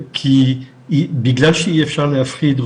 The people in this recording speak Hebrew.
בגלל שאי אפשר להפריד,